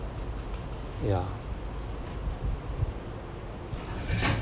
ya